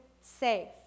safe